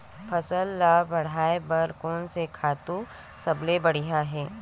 फसल ला बढ़ाए बर कोन से खातु सबले बढ़िया हे?